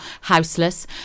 houseless